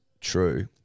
true